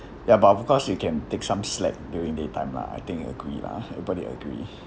ya but of course you can take some slack during daytime lah I think you'll agree lah everybody agree